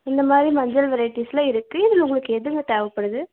இந்த மாதிரி மஞ்சள் வெரைட்டிஸெலாம் இருக்குது இதில் உங்களுக்கு எதுங்க தேவைப்படுது